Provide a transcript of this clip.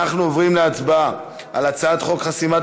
אנחנו עוברים להצבעה על הצעת חוק חסימת